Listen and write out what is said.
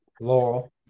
Laurel